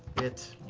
it,